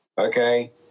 Okay